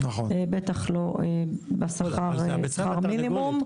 בטח לא בשכר מינימום.